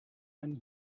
einen